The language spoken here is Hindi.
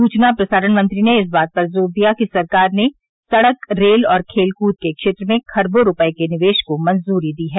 सूचना प्रसारण मंत्री ने इस बात पर जोर दिया कि सरकार ने सड़क रेल और खेलकूद के क्षेत्र में खरबों रूपये के निवेश को मंजूरी दी है